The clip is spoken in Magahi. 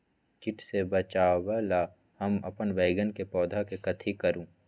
किट से बचावला हम अपन बैंगन के पौधा के कथी करू?